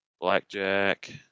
Blackjack